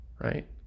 right